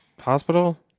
hospital